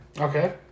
Okay